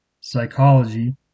psychology